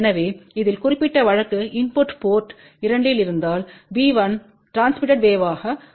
எனவே இதில் குறிப்பிட்ட வழக்கு இன்புட் போர்ட் 2 இல் இருந்தால் b1ட்ரான்ஸ்மிட்டடு வேவ்களாக மாறுகிறது